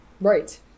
Right